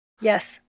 Yes